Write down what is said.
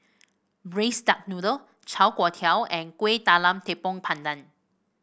Braised Duck Noodle Char Kway Teow and Kuih Talam Tepong Pandan